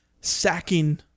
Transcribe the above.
sacking